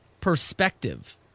Perspective